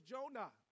Jonah